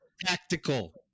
Tactical